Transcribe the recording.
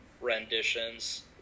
renditions